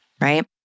right